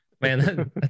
man